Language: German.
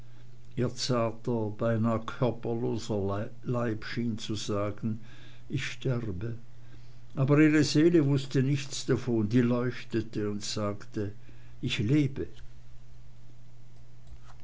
körperloser leib schien zu sagen ich sterbe aber ihre seele wußte nichts davon die leuchtete und sagte ich lebe